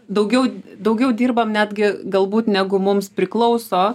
daugiau daugiau dirbam netgi galbūt negu mums priklauso